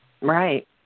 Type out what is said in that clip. Right